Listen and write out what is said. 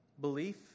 belief